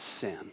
sin